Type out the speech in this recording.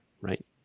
right